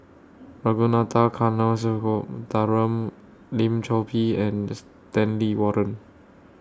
Ragunathar Kanagasuntheram Lim Chor Pee and Stanley Warren